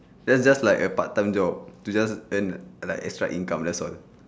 that's just like a part time job to just earn like extra income that's all